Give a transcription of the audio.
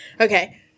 Okay